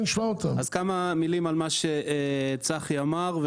כמה מילים על מה שצחי אמר: